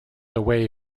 away